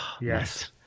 yes